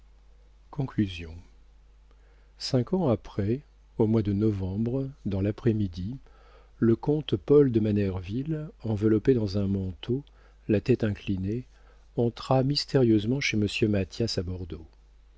conclusion cinq ans après au mois de novembre dans l'après-midi le comte paul de manerville enveloppé dans un manteau la tête inclinée entra mystérieusement chez monsieur mathias à bordeaux